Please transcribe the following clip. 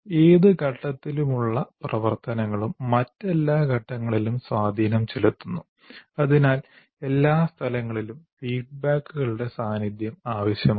ഏത് ഘട്ടത്തിലുമുള്ള പ്രവർത്തനങ്ങളും മറ്റെല്ലാ ഘട്ടങ്ങളിലും സ്വാധീനം ചെലുത്തുന്നു അതിനാൽ എല്ലാ സ്ഥലങ്ങളിലും ഫീഡ്ബാക്കുകളുടെ സാന്നിധ്യം ആവശ്യമാണ്